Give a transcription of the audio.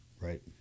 Right